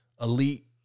elite